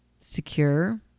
secure